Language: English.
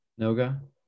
Noga